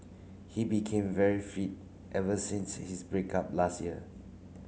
he became very fit ever since his break up last year